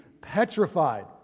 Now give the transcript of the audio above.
petrified